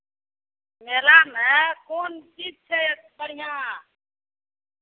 मेलामे कोन चीज छै बढ़िआँ